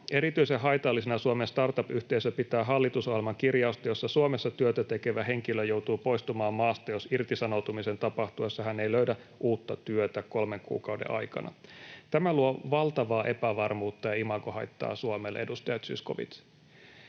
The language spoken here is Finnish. Erityisen haitallisena Suomen startup-yhteisö pitää hallitusohjelman kirjausta, jossa Suomessa työtä tekevä henkilö joutuu poistumaan maasta, jos irtisanoutumisen tapahtuessa hän ei löydä uutta työtä kolmen kuukauden aikana. Tämä luo valtavaa epävarmuutta ja imagohaittaa Suomelle”, edustaja Zyskowicz.